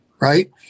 right